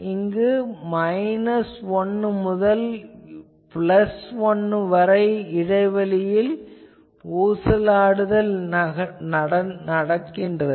இங்கு 1 முதல் 1 வரை உள்ள இடைவெளியில் ஊசலாடுதல் நிகழ்கிறது